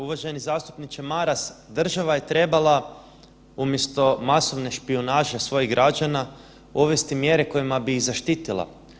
Uvaženi zastupniče Maras, država je trebala umjesto masovne špijunaže svojih građana uvesti mjere kojima bi ih zaštitila.